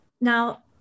Now